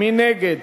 מי נגד?